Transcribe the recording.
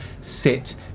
sit